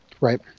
Right